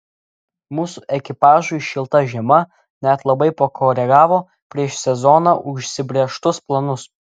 mūsų ekipažui šilta žiema net labai pakoregavo prieš sezoną užsibrėžtus planus